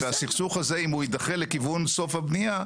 והסכסוך הזה אם הוא יידחה לכיוון סוף הבניה,